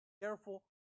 careful